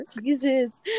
Jesus